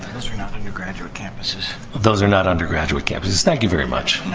are not undergraduate campuses. those are not undergraduate campuses. thank you very much.